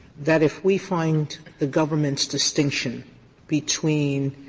that if we find the government's distinction between